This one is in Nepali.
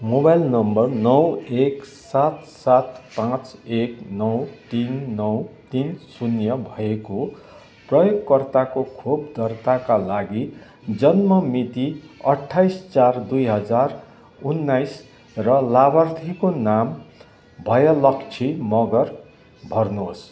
मोबाइल नम्बर नौ एक सात सात पाँच एक नौ तिन नौ तिन शून्य भएको प्रयोगकर्ताको खोप दर्ताका लागि जन्म मिति अट्ठाइस चार दुई हजार उन्नाइस र लाभार्थीको नाम भयलक्षी मँगर भर्नुहोस्